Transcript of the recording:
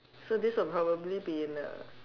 so this will probably be in A